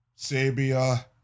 Sabia